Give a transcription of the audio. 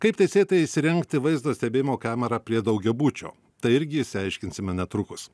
kaip teisėtai įsirengti vaizdo stebėjimo kamerą prie daugiabučio tai irgi išsiaiškinsime netrukus